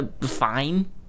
Fine